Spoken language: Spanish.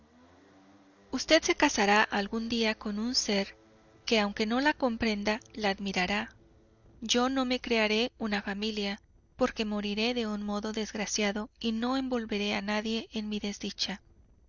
usted se casará algún día con un ser que aunque no la comprenda la admirará yo no me crearé una familia porque moriré de un modo desgraciado y no envolveré a nadie en mi desdicha